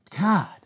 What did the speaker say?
God